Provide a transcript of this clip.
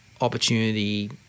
opportunity